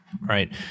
Right